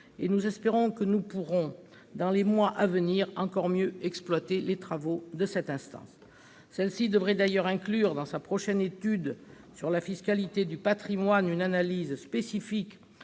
et nous espérons que nous pourrons dans les mois à venir encore mieux exploiter les travaux de cette instance. Celle-ci devrait d'ailleurs inclure, dans sa prochaine étude sur la fiscalité du patrimoine, une analyse spécifique